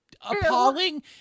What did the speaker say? appalling